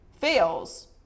fails